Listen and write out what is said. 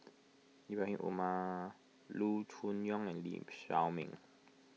Ibrahim Omar Loo Choon Yong and Lee Shao Meng